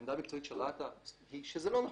העמדה המקצועית של רת"א היא שזה לא נכון,